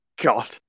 God